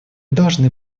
должны